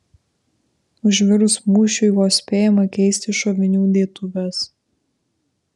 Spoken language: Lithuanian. užvirus mūšiui vos spėjama keisti šovinių dėtuves